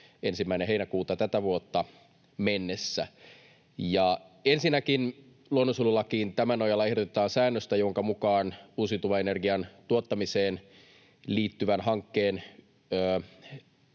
1. heinäkuuta tätä vuotta mennessä. Ensinnäkin luonnonsuojelulakiin tämän nojalla ehdotetaan säännöstä, jonka mukaan uusiutuvan energian tuottamiseen liittyvän hankkeen